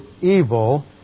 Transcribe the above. evil